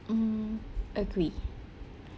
hmm agree